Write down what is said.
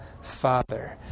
Father